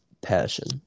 passion